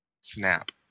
snap